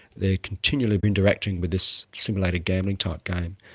they're continually interacting with this simulated gambling-type game.